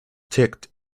ticked